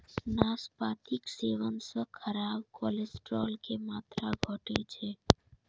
नाशपातीक सेवन सं खराब कोलेस्ट्रॉल के मात्रा घटै छै